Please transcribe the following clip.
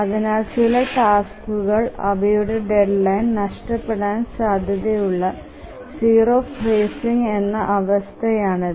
അതിനാൽ ചില ടാസ്കുകൾ അവയുടെ ഡെഡ്ലൈൻ നഷ്ടപ്പെടാൻ സാധ്യതയുള്ള 0 ഫേസിങ് എന്ന അവസ്ഥയാണിത്